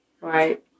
right